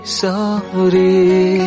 sorry